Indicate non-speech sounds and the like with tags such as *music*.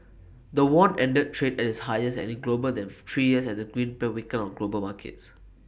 the won ended trade at its highest and in global than *noise* three years as the greenback weakened on global markets